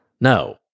No